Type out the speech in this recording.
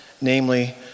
namely